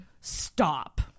Stop